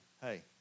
hey